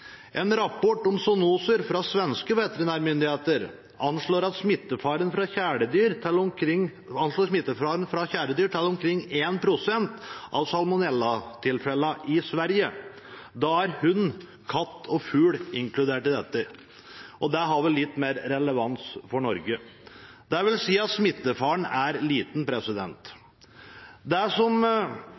En rapport om zoonoser fra svenske veterinærmyndigheter anslår smittefaren fra kjæledyr til omkring 1 pst. av salmonellatilfellene i Sverige. Da er hund, katt og fugl inkludert. Det har vel litt mer relevans for Norge. Det vil si at smittefaren er liten. Som med alt annet dyrehold er det noe som